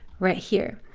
right here.